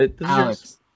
Alex